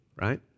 right